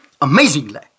amazingly